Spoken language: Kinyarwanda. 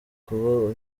kuba